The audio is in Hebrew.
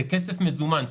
זה כסף מזומן.